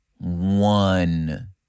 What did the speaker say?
one